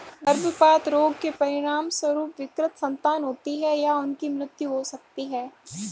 गर्भपात रोग के परिणामस्वरूप विकृत संतान होती है या उनकी मृत्यु हो सकती है